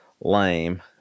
lame